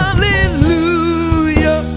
hallelujah